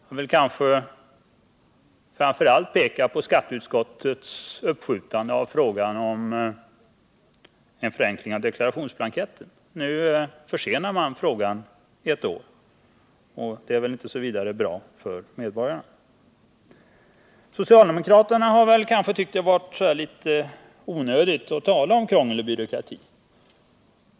Jag vill framför allt peka på skatteutskottets uppskjutande av behandlingen av frågan om en förenkling av deklarationsblanketten. Nu försenar man den frågan ett år, och det är väl inte särskilt bra för medborgarna. Socialdemokraterna har kanske tyckt att det varit litet onödigt att tala om krångel och byråkrati.